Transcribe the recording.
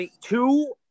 two